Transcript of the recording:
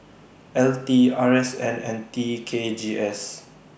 L T R S N and T K G S